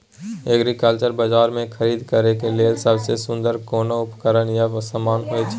Agriculture बाजार में खरीद करे के लेल सबसे सुन्दर कोन उपकरण या समान होय छै?